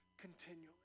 continually